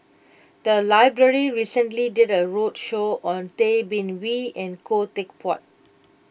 the library recently did a roadshow on Tay Bin Wee and Khoo Teck Puat